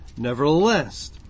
Nevertheless